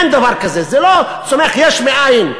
אין דבר כזה, זה לא צומח יש מאין,